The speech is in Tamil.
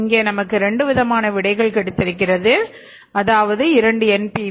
இங்கே நமக்கு இரண்டு விதமான விடைகள் கிடைத்திருக்கிறது அதாவது இரண்டு NPV